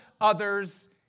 others